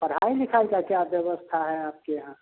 पढ़ाई लिखाई की क्या व्यवस्था है आपके यहाँ